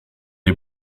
les